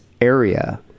area